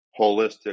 holistic